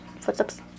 footsteps